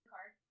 Card